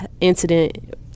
incident